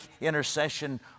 intercession